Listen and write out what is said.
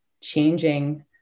changing